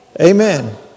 Amen